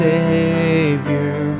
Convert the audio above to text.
Savior